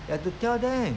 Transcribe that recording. have to tell them